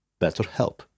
BetterHelp